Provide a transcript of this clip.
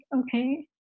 okay